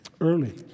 Early